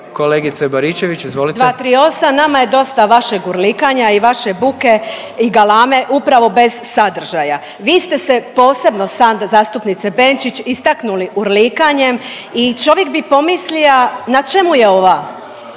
izvolite. **Baričević, Danica (HDZ)** 238., nama je dosta vašeg urlikanja i vaše buke i galame upravo bez sadržaja. Vi ste se posebno Sandra zastupnice Benčić istaknuli urlikanjem i čovjek bi pomislia na čemu je ova,